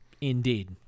Indeed